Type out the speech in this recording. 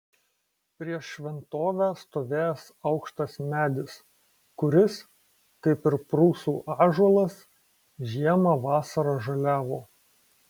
prieš šventovę stovėjęs aukštas medis kuris kaip ir prūsų ąžuolas žiemą vasarą žaliavo